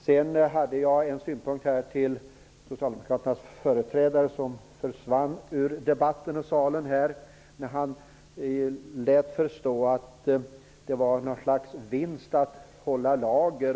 Jag hade tänkt framföra en synpunkt till Socialdemokraternas företrädare, som nu har försvunnit ur debatten och kammaren. Han lät förstå att det var något slags vinst att hålla lager.